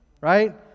right